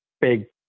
big